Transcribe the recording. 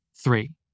Three